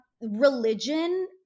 Religion